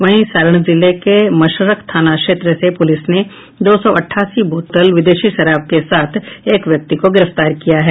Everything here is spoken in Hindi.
वहीं सारण जिले के मशरक थाना क्षेत्र से पुलिस ने दो सौ अठासी बोतल विदेशी शराब के साथ एक व्यक्ति को गिरफ्तार किया है